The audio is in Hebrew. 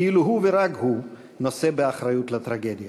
כאילו הוא ורק הוא נושא באחריות לטרגדיה,